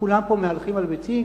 כולם פה מהלכים על ביצים,